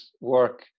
work